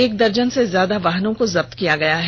एक दर्जन से ज्यादा वाहनों को जब्त किया गया है